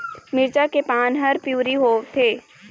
मिरचा के पान हर पिवरी होवथे?